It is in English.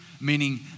meaning